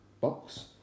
box